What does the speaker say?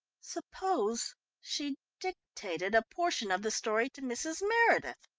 suppose she dictated a portion of the story to mrs. meredith,